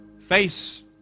face